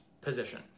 position